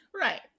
Right